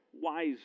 wise